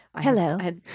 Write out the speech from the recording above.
Hello